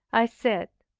i said,